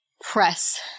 press